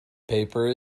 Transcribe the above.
paper